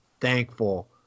thankful